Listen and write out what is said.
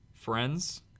Friends